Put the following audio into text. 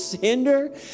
hinder